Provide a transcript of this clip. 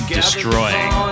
destroying